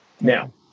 Now